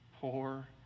poor